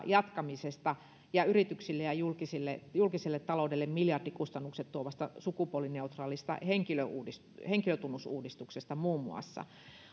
jatkamisesta ja yrityksille ja julkiselle julkiselle taloudelle miljardikustannukset tuovasta sukupuolineutraalista henkilötunnusuudistuksesta henkilötunnusuudistuksesta muun muassa